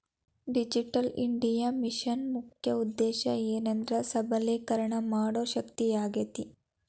digital India ಮಿಷನ್ನ ಮುಖ್ಯ ಉದ್ದೇಶ ಏನೆಂದ್ರ ಸಬಲೇಕರಣ ಮಾಡೋ ಶಕ್ತಿಯಾಗೇತಿ